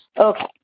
Okay